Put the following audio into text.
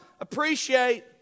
appreciate